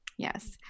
Yes